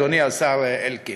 אדוני השר אלקין,